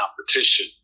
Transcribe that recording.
competition